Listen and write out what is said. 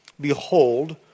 behold